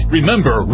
Remember